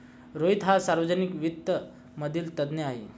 रोहित हा सार्वजनिक वित्त मधील तज्ञ आहे